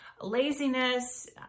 Laziness